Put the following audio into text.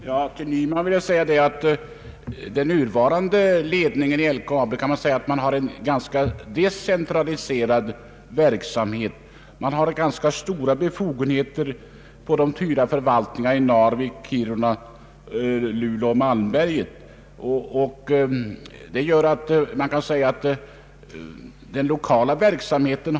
Herr talman! Till herr Nyman vill jag säga att ledningen i LKAB är ganska decentraliserad och att de fyra förvaltningarna i Narvik, Kiruna, Luleå och Malmberget har ganska stora befogenheter.